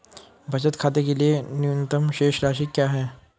बचत खाते के लिए न्यूनतम शेष राशि क्या है?